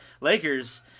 Lakers